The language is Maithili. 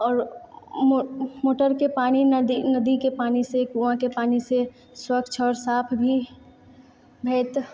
आओर मोटरके पानि नदीके पानि से कुआँके पानि से स्वच्छ आओर साफ भी भए